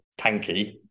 tanky